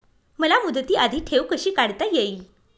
मला मुदती आधी ठेव कशी काढता येईल?